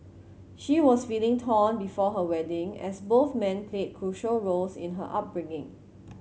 she was feeling torn before her wedding as both men played crucial roles in her upbringing